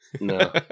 no